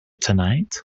tonight